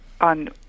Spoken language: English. on